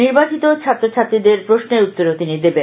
নির্বাচিত ছাত্রছাত্রীদের প্রশ্নের উত্তরও তিনি দেবেন